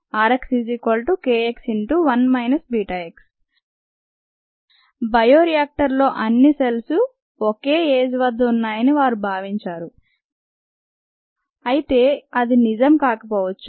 rxkx1 βx bioreactor లో అన్ని cells ఒకే ఏజ్ వద్దఉన్నాయని వారు భావించారు అయిఏ అది నిజం కాకపోవచ్చు